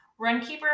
RunKeeper